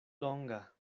longa